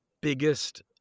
biggest